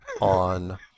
on